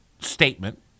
Statement